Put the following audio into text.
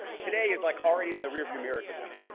today is like already in and the rearview mirror to them.